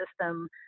system